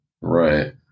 Right